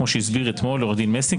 כמו שהסביר אתמול עורך דין מסינג,